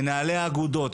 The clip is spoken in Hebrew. מנהלי האגודות,